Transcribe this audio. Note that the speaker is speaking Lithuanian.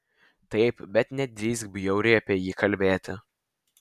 taip bet nedrįsk bjauriai apie jį kalbėti